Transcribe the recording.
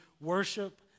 worship